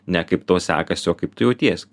ne kaip tau sekasi kaip tu jauties